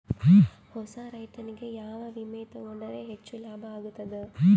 ಹೊಸಾ ರೈತನಿಗೆ ಯಾವ ವಿಮಾ ತೊಗೊಂಡರ ಹೆಚ್ಚು ಲಾಭ ಆಗತದ?